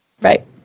Right